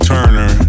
Turner